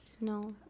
no